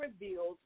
revealed